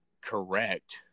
correct